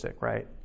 right